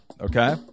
okay